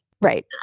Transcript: Right